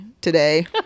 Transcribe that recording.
today